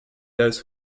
those